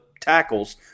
tackles